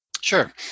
Sure